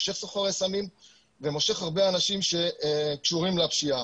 מושך סוחרי סמים ומושך הרבה אנשים שקשורים לפשיעה.